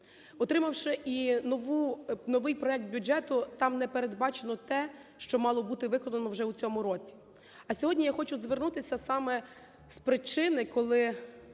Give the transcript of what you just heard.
Отримавши і новий проект бюджету, там не передбачено те, що мало бути виконано вже у цьому році. А сьогодні я хочу звернутися саме з причини, коли